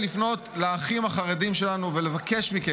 אני רוצה לפנות לאחים החרדים שלנו ולבקש מכם,